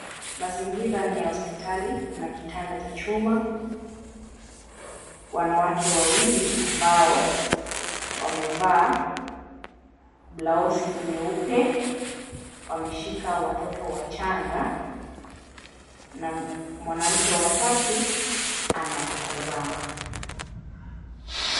Mazingira ni ya hospitali kuna kitanda cha chuma, wanawake wawili ambao wamevaa blausi nyeupe wameshika watoto wachanga na mwanamke wa tatu anawatazama.